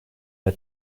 her